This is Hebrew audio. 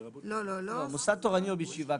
"במוסד תורני או בישיבה".